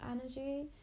energy